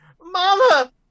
Mama